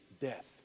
death